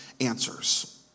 answers